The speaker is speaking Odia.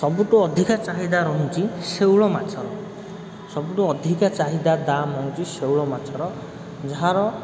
ସବୁଠୁ ଅଧିକ ଚାହିଦା ରହୁଛି ଶେଉଳମାଛର ସବୁଠୁ ଅଧିକ ଚାହିଦା ଦାମ୍ ହେଉଛି ଶେଉଳ ମାଛର ଯାହାର